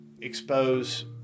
expose